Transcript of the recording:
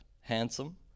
handsome